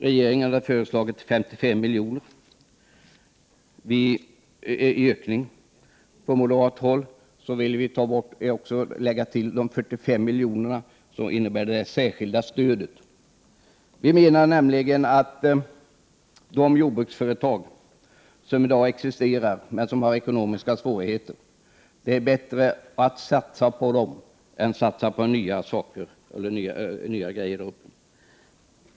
Regeringen har föreslagit en ökning med 55 milj.kr. till jordbruket i norra Sverige. Vi moderater yrkar avslag på det särskilda stödet på 45 milj.kr. Vi anser nämligen att det är bättre att satsa på de jordbruksföretag som i dag existerar men som har ekonomiska svårigheter än att satsa på nya projekt.